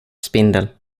spindel